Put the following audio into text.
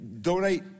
Donate